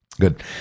Good